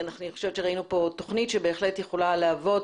אני חושבת שראינו כאן תכנית שבהחלט יכולה להוות